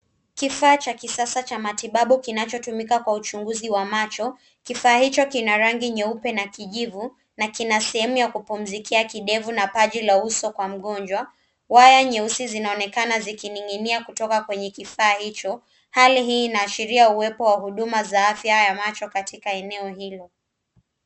Kifaa cha kisasa cha matibabu kinachotumika kwa uchunguzi wa macho, kifaa hicho kina rangi nyeupe na kijivu na kina sehemu ya kupumzikia kidevu na paji la uso kwa mgonjwa. Waya nyeusi zinaonekana zikininginia kutoka kwenye kifaa hicho, hali hii ina ashiria uwepo wa huduma za afya ya macho katika eneo hilo.